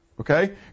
Okay